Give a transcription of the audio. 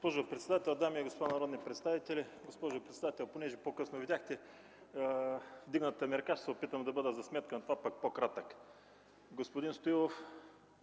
господин Стоичков.